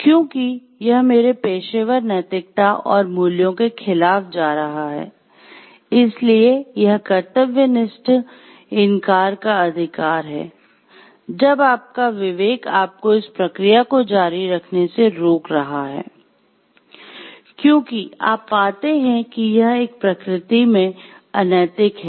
क्योंकि यह मेरे पेशेवर नैतिकता और मूल्यों के खिलाफ जा रहा है इसलिए यह कर्तव्यनिष्ठ इनकार का अधिकार है जब आपका विवेक आपको इस प्रक्रिया को जारी रखने से रोक रहा है क्योंकि आप पाते हैं कि यह प्रकृति में अनैतिक है